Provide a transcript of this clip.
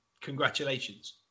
Congratulations